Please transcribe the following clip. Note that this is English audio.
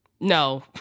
no